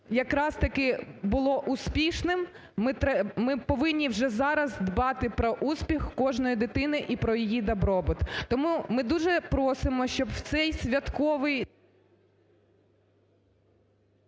якраз-таки було успішним. Ми повинні вже зараз дбати про успіх кожної дитини і про її добробут. Тому ми дуже просимо, щоб в цей святковий…